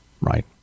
Right